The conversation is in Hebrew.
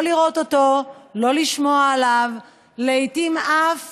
לא לראות אותו, לא לשמוע עליו, לעיתים הם אף